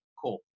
cool